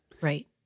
Right